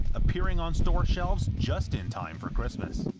appearing on store shelves just in time for christmas.